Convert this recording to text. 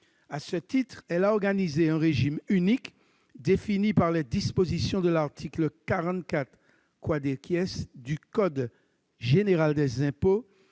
À ce titre, elle a organisé un régime unique, défini par les dispositions de l'article 44 du code général des impôts.